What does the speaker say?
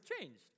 changed